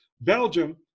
Belgium